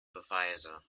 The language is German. beweise